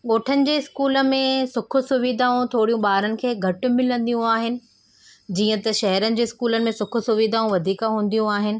ॻोठनि जे स्कूल में सुखु सुविधाऊं थोरियूं ॿारनि खे घटि मिलंदियूं आहिनि जीअं त शहर जे स्कूल में सुखु सुविधाऊं वधीक हूंदियूं आहिनि